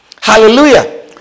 Hallelujah